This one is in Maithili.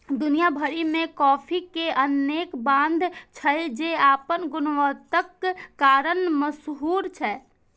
दुनिया भरि मे कॉफी के अनेक ब्रांड छै, जे अपन गुणवत्ताक कारण मशहूर छै